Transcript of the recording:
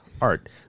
art